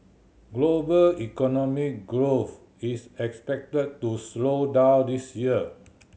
global economic growth is expected to slow down this year